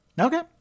Okay